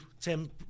tim